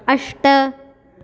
अष्ट